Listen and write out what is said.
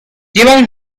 llevan